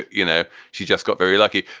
you know, she just got very lucky.